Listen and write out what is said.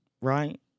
Right